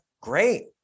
great